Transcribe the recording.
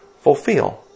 fulfill